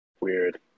Weird